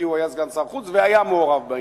כי הוא היה סגן שר החוץ והיה מעורב בעניין.